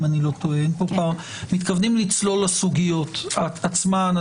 אנחנו מתכוונים לצלול לסוגיות עצמן.